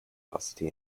velocity